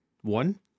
one